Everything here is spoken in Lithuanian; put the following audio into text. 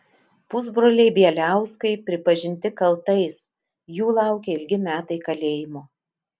pusbroliai bieliauskai pripažinti kaltais jų laukia ilgi metai kalėjimo